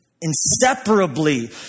Inseparably